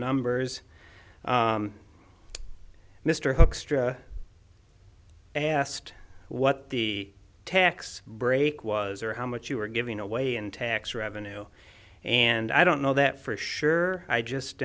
numbers mr hoekstra asked what the tax break was or how much you were giving away in tax revenue and i don't know that for sure i just